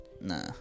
Nah